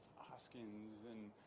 asking and